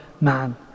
man